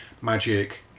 magic